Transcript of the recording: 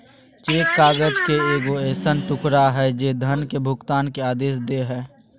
cheque काग़ज़ के एगो ऐसन टुकड़ा हइ जे धन के भुगतान के आदेश दे हइ